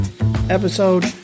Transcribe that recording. episode